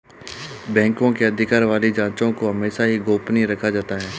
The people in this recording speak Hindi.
बैंकों के अधिकार वाली जांचों को हमेशा ही गोपनीय रखा जाता है